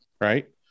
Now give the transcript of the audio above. right